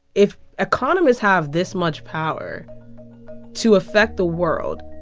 if economists have this much power to affect the world,